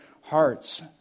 hearts